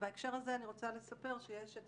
ובהקשר הזה אני רוצה לספר שיש את